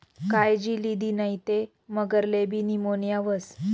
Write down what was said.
कायजी लिदी नै ते मगरलेबी नीमोनीया व्हस